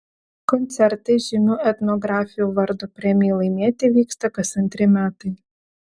koncertai žymių etnografių vardo premijai laimėti vyksta kas antri metai